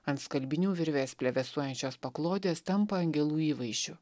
ant skalbinių virvės plevėsuojančios paklodės tampa angelų įvaizdžiu